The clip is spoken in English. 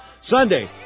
Sunday